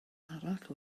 arall